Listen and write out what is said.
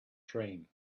train